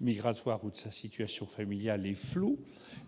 migratoire ou de sa situation familiale est flou